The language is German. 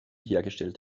hergestellt